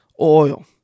oil